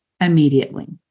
immediately